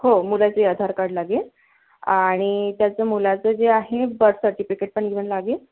हो मुलांचंही आधार कार्ड लागेल आणि त्याच मुलाचं जे आहे बर्थ सर्टिफिकेट पण ईव्हन लागेल